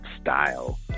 style